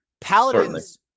Paladins